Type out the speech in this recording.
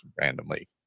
randomly